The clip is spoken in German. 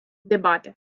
debatte